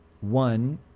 one